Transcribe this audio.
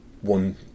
one